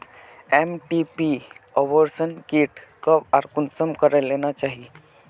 MTP abortion kit कब आर कुंसम करे लेना चही?